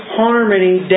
harmony